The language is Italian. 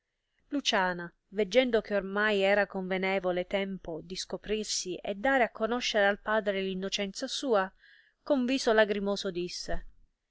luciana veggendo che ornai era convenevole tempo di scoprirsi e dare a conoscere al padre innocenza sua con viso lagrimoso disse